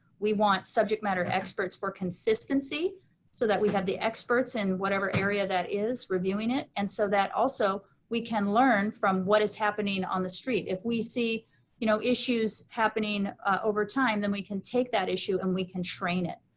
we want subject matter experts for consistency so that we have the experts in whatever area that is reviewing it, and so that also we can learn from what is happening on the street. if we see you know issues happening over time, then we can take that issue and we can train it.